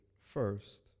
first